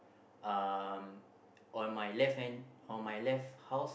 um on my left hand on my left house